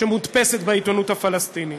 שמודפסת בעיתונות הפלסטינית.